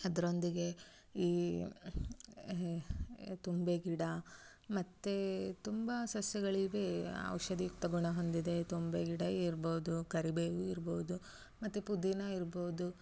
ಅದರೊಂದಿಗೆ ಈ ತುಂಬೆ ಗಿಡ ಮತ್ತು ತುಂಬ ಸಸ್ಯಗಳಿವೆ ಔಷಧಿಯುಕ್ತ ಗುಣ ಹೊಂದಿದೆ ತುಂಬೆ ಗಿಡ ಇರ್ಬೋದು ಕರಿಬೇವು ಇರ್ಬೋದು ಮತ್ತು ಪುದೀನಾ ಇರ್ಬೋದು